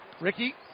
ricky